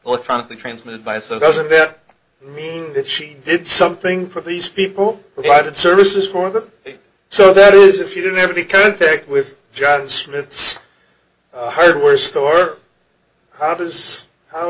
electronically transmitted by so doesn't it mean that she did something for these people but i did services for them so that is if you didn't have any contact with john smith's hardware store how does how